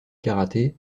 karaté